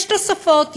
יש תוספות,